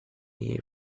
the